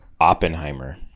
Oppenheimer